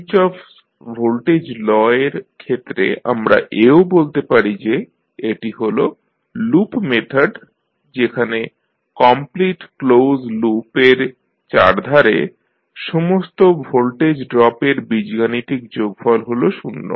Kirchhoff's voltage law Kirchhoff's voltage law এর ক্ষেত্রে আমরা এও বলতে পারি যে এটি হল লুপ মেথড যেখানে কমপ্লিট ক্লোজ লুপ এর চারধারে সমস্ত ভোল্টেজ ড্রপ এর বীজগাণিতিক যোগফল হল শূন্য